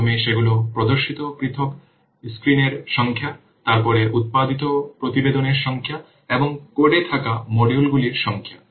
প্রথমে সেগুলি প্রদর্শিত পৃথক স্ক্রিনের সংখ্যা তারপরে উত্পাদিত প্রতিবেদনের সংখ্যা এবং কোডে থাকা মডিউলগুলির সংখ্যা